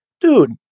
dude